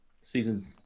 season